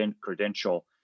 credential